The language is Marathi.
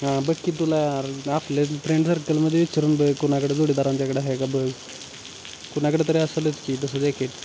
हां बघ की तुला आपले फ्रेंड सर्कलमध्ये विचारून बघ कोणाकडे जोडीदारांच्याकडं आहे का बघ कोणाकडे तरी असेलच की तसं जॅकेट